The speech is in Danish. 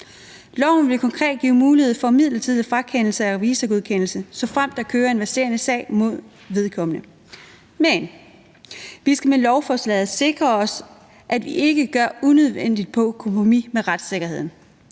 Loven vil konkret give mulighed for midlertidig frakendelse af revisorgodkendelse, såfremt der kører en verserende sag mod vedkommende. Men vi skal med lovforslaget sikre os, at vi ikke går unødvendigt på kompromis med retssikkerheden.